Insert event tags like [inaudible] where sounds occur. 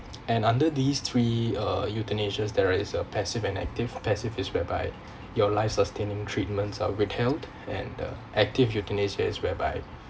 and under these three uh euthanasias there is a passive and active passive is whereby [breath] your life-sustaining treatments are withheld and the active euthanasia is whereby